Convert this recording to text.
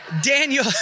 Daniel